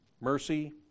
mercy